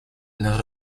los